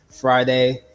friday